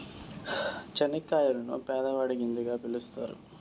చనిక్కాయలను పేదవాడి గింజగా పిలుత్తారు